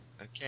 Okay